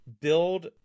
build